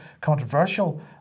controversial